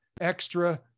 extra